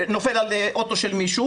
לאלי שקולניק וזה נופל על אוטו של מישהו,